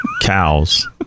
cows